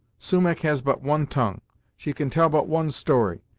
sumach has but one tongue she can tell but one story.